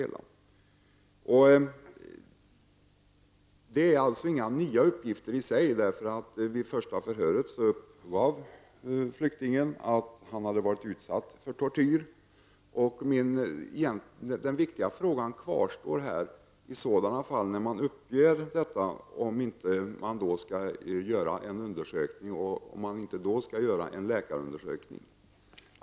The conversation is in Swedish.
Det handlar alltså inte om några nya uppgifter i sig. Vid första förhöret uppgav flyktingen att han hade varit utsatt för tortyr och den viktiga frågan kvarstår: Skall man inte göra en läkarundersökning när någon lämnar en sådan uppgift?